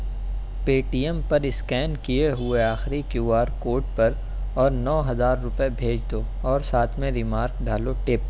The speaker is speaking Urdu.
پے ٹی ایم پر اسکین کیے ہوئے آخری کیو آر کوڈ پر اور نو ہزار روپے بھیج دو اور ساتھ میں ریمارک ڈالو ٹپ